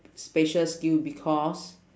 spatial skill because